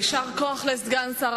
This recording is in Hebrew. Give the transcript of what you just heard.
יישר כוח לסגן שר